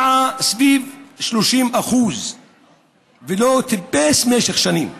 סביב 30%. זה לא טיפס במשך שנים.